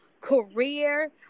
career